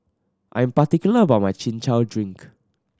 I am particular about my Chin Chow drink